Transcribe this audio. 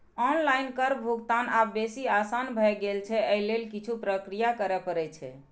online कर भुगतान आब बेसी आसान भए गेल छै, अय लेल किछु प्रक्रिया करय पड़ै छै